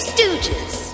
Stooges